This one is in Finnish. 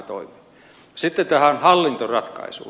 sitten tähän hallintoratkaisuun